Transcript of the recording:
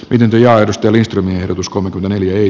pidentyy ja ystävystyneet uskomaton eli ei